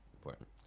important